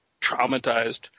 traumatized